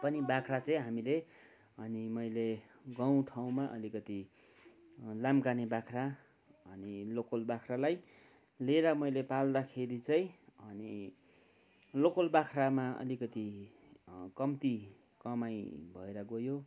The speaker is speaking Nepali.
पनि बाख्रा चाहिँ हामीले अनि मैले गाउँ ठाउँमा अलिकति लाम्काने बाख्रा अनि लोकल बाख्रालाई लिएर मैले पाल्दाखेरि चाहिँ अनि लोकल बाख्रामा अलिकति कम्ति कमाइ भएर गयो